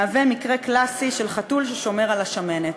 מהווה מקרה קלאסי של חתול ששומר על שמנת.